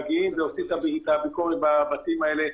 מגיעים ועושים את הביקורת בבתים האלה.